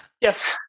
Yes